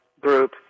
group